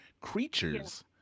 creatures